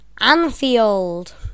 Anfield